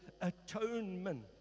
atonement